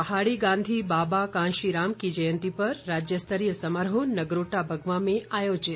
पहाड़ी गांधी बाबा कांशीराम की जयंती पर राज्य स्तरीय समारोह नगरोटा बगवां में आयोजित